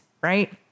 right